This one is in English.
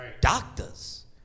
doctors